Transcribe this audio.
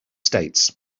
states